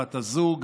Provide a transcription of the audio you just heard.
בת הזוג,